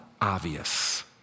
obvious